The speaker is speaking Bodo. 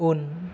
उन